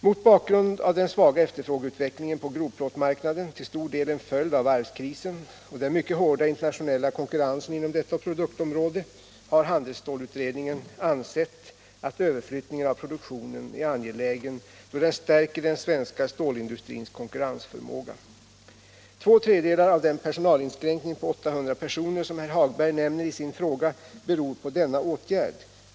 Mot bakgrund av den svaga efterfrågeutvecklingen på grovplåtmarknaden - till stor del en följd av varvskrisen — och den mycket hårda internationella konkurrensen inom detta produktområde har handelsstålutredningen ansett att överflyttningen av produktionen är angelägen då den stärker den svenska stålindustrins konkurrensförmåga. Två tredjedelar av den personalinskränkning på 800 personer som herr Hagberg nämner i sin fråga beror på denna åtgärd.